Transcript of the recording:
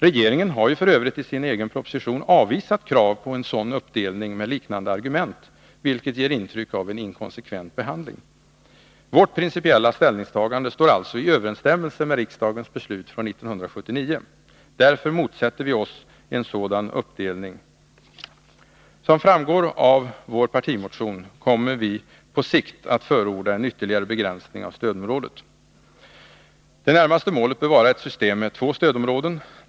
Regeringen har f. ö. i sin proposition avvisat krav på en sådan uppdelning med liknande argument, vilket ger intryck av en inkonsekvent behandling. Vårt principiella ställningstagande står alltså i överensstämmelse med riksdagens beslut från 1979. Därför motsätter vi oss en sådan uppdelning. Som framgår av vår partimotion kommer vi på sikt att förorda en ytterligare begränsning av stödområdet. Det närmaste målet bör vara ett system med två stödområden.